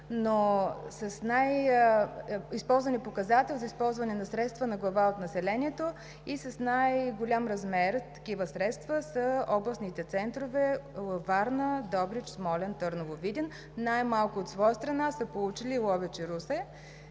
С най-използвания показател за използване на средства на глава от населението и с най-голям размер такива средства са областните центрове Варна, Добрич, Смолян, Търново и Видин. Най-малко от своя страна са получили Ловеч и Русе.